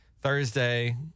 Thursday